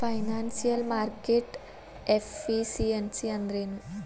Financial market efficiency ಅಂದ್ರೇನು?